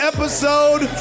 Episode